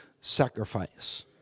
sacrifice